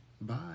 Bye